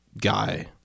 guy